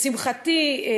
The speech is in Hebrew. לשמחתי,